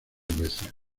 veces